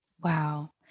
Wow